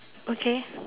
okay